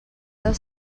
del